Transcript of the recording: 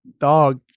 dog